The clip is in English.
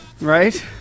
Right